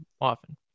often